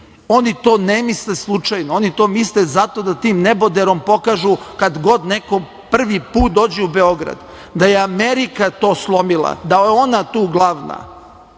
oni to ne misle slučajno, oni to misle da tim neboderom pokažu kad god neko prvi put dođe u Beograd, da je Amerika to slomila, da je ona tu